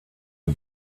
the